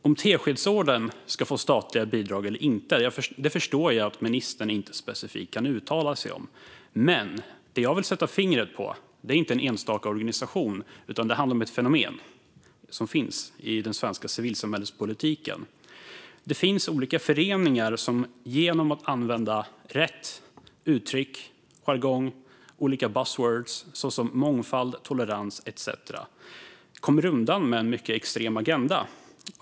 Om Teskedsorden ska få statliga bidrag eller inte förstår jag att ministern inte kan uttala sig om specifikt, men det som jag vill sätta fingret på är inte en enstaka organisation utan ett fenomen som finns i den svenska civilsamhällespolitiken. Det finns olika föreningar som genom att använda "rätt" uttryck och jargong och olika buzz words som mångfald, tolerans etcetera kommer undan med en mycket extrem agenda.